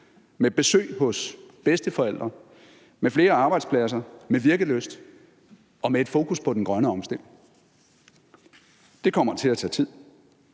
med besøg hos bedsteforældre, med flere arbejdspladser, med virkelyst og med et fokus på den grønne omstilling. Det kommer til at tage tid,